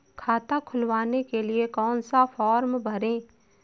खाता खुलवाने के लिए कौन सा फॉर्म भरें?